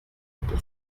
pour